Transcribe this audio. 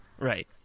Right